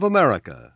America